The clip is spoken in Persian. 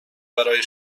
برای